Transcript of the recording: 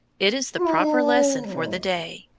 it is the proper lesson for the day.